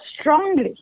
strongly